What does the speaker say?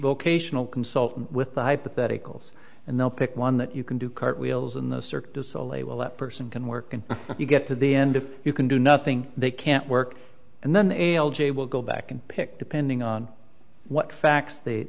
vocational consult with hypotheticals and they'll pick one that you can do cartwheels in the cirque du soleil that person can work and you get to the end if you can do nothing they can't work and then the ale j will go back and pick depending on what facts they